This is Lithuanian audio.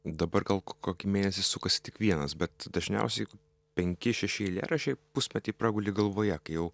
dabar gal kokį mėnesį sukasi tik vienas bet dažniausiai penki šeši eilėraščiai pusmetį praguli galvoje kai jau